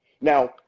now